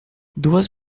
duas